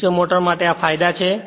DC motor માટે આ ફાયદા છે